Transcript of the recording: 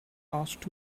asked